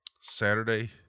saturday